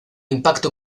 impacto